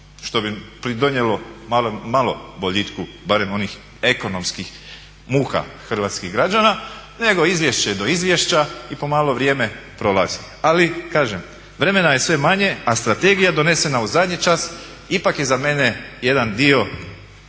što bi pridonijelo malo boljitku barem onih ekonomskih muka hrvatskih građana, nego izvješće do izvješća i pomalo vrijeme prolazi. Ali kažem, vremena je sve manje a strategija donesena u zadnji čas ipak je za mene jedan dio,